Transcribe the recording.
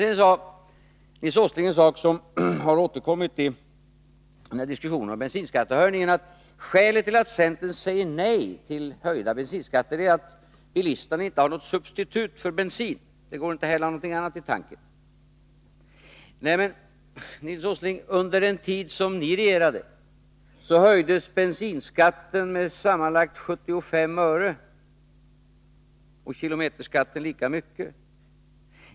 Sedan sade Nils Åsling en sak, som har återkommit i diskussionen om bensinskattehöjningen, att skälet till att centern säger nej till höjd bensinskatt är att bilisterna inte har något substitut för bensin — det går inte att hälla någonting annat i tanken. Men, Nils Åsling, under den tid som ni regerade höjdes bensinskatten med sammanlagt 75 öre och kilometerskatten lika mycket.